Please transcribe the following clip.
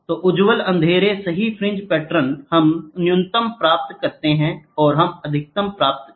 तो उज्ज्वल अंधेरे सही फ्रिंज पैटर्न हम न्यूनतम प्राप्त करते हैं और हम अधिकतम प्राप्त करते हैं